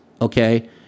Okay